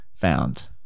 found